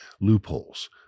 loopholes